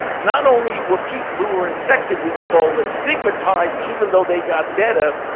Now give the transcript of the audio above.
not only were people who were infected with ebola stigmatized, even though they got better,